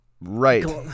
right